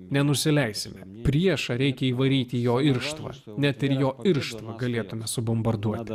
nenusileisime priešą reikia įvaryti jo irštvą net ir jo irštvą galėtumėme subombarduoti